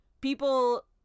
People